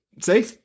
see